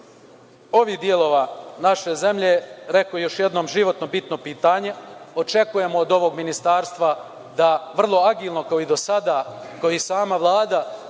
ovih delova naše zemlje, rekoh još jednom, je životno bitno pitanje. Očekujemo od ovog Ministarstva da vrlo agilno, kao i do sada, kao i sama Vlada